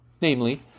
namely